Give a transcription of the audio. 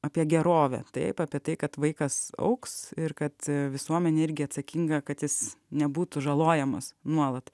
apie gerovę taip apie tai kad vaikas augs ir kad visuomenė irgi atsakinga kad jis nebūtų žalojamas nuolat